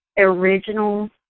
original